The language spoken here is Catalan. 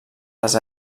les